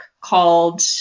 called